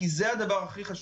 כי זה הדבר הכי חשוב.